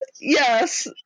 yes